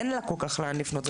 אין לה כל כך לאן לפנות.